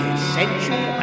Essential